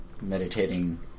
meditating